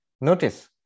Notice